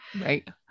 Right